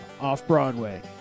Off-Broadway